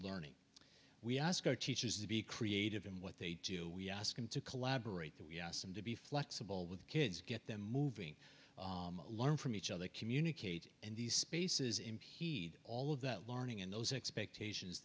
learning we ask our teachers to be creative in what they do we ask them to collaborate that we ask them to be flexible with kids get them moving learn from each other communicate and these spaces impede all of that learning and those expectations